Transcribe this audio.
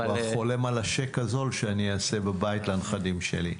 אני כבר חולם על השייק הזול שאני אעשה בבית לנכדים שלי.